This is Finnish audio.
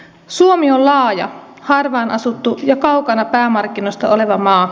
suomi on laaja harvaan asuttu ja kaukana päämarkkinoista oleva maa